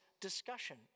discussion